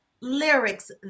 lyrics